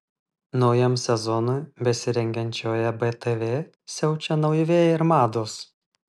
naujam sezonui besirengiančioje btv siaučia nauji vėjai ir mados